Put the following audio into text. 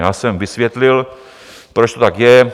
Já jsem vysvětlil, proč to tak je.